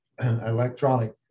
electronic